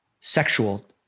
sexual